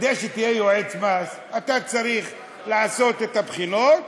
כדי שתהיה יועץ מס אתה צריך לעשות את הבחינות,